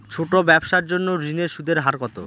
ছোট ব্যবসার জন্য ঋণের সুদের হার কত?